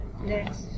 Next